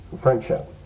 friendship